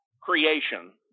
creation